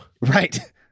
Right